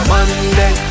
Monday